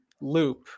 loop